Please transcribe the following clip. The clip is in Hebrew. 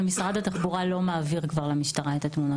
משרד התחבורה לא מעביר כבר למשטרה את התמונות.